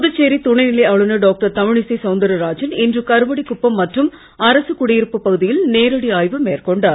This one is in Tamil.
புதுச்சேரி துணைநிலை ஆளுநர் டாக்டர் தமிழிசை சவுந்தரராஜன் இன்று கருவடிக்குப்பம் மற்றும் அரசுக் குடியிருப்பு பகுதியில் நேரடி ஆய்வு மேற்கொண்டார்